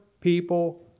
people